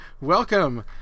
Welcome